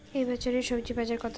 এ বছর স্বজি বাজার কত?